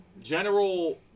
general